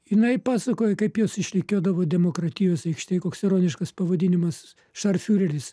jinai pasakojo kaip juos išrikiuodavo demokratijos aikštėj koks ironiškas pavadinimas šar fiureris